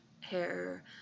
hair